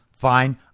fine